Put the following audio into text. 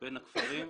בין הכפרים,